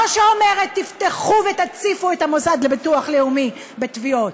לא שאומרת: תפתחו ותציפו את המוסד לביטוח לאומי בתביעות,